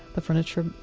the furniture,